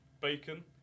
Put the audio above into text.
bacon